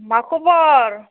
मा खबर